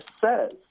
says